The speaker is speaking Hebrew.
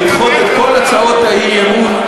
לדחות את כל הצעות האי-אמון,